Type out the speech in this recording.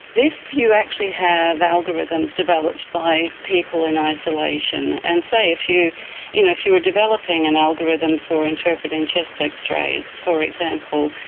if you actually have algorithms developed by people in isolation, and say if you you know if you were developing an algorithm for interpreting chest x-rays, for example,